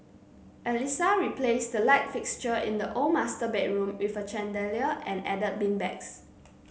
Alissa replaced the light fixture in the old master bedroom with a chandelier and added beanbags